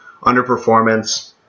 underperformance